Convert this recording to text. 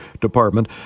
department